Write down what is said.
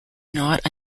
not